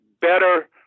better